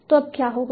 तो अब क्या होगा